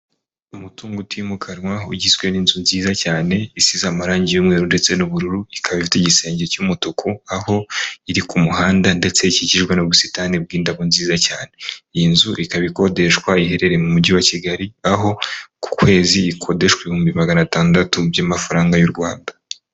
Umutungo utimukanwa ugizwe n'inzu nziza cyane isize amarangi y'umweru ndetse n'ubururu, ikaba ifite igisenge cy'umutuku, aho iri ku muhanda ndetse ikikijwe n'ubusitani bw'indabo nziza cyane. Iyi nzu ikaba ikodeshwa, iherereye mu Mujyi wa Kigali aho ku kwezi ikodeshwa ibihumbi magana atandatu by'amafaranga y'u Rwanda.